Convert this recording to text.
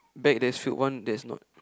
bag that's filled one that's not